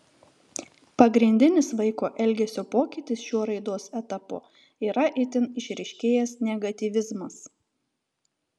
pagrindinis vaiko elgesio pokytis šiuo raidos etapu yra itin išryškėjęs negatyvizmas